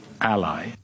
ally